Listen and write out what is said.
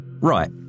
Right